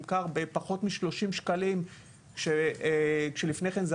נמכר בפחות מ-30 שקלים כשלפני כן זה